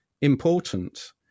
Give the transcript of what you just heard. important